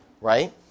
right